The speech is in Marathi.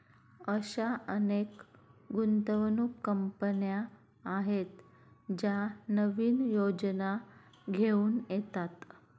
अशा अनेक गुंतवणूक कंपन्या आहेत ज्या नवीन योजना घेऊन येतात